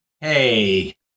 Hey